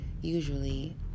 usually